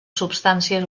substàncies